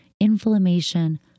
inflammation